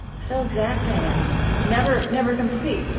so exacting and never never complete,